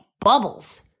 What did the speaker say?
bubbles